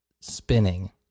spinning